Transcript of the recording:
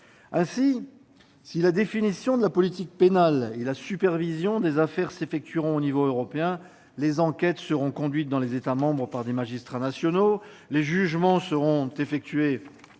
Ainsi, si la définition de la politique pénale et la supervision des affaires s'effectueront au niveau européen, les enquêtes seront conduites dans les États membres par des magistrats nationaux, les jugements seront prononcés